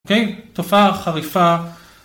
כן, תופעה חריפה